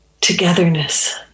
Togetherness